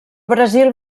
brasil